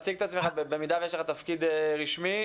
במידה ויש לך תפקיד רשמי,